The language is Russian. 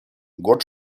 год